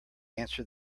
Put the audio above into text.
answer